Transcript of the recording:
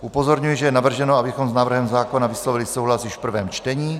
Upozorňuji, že je navrženo, abychom s návrhem zákona vyslovili souhlas již v prvém čtení.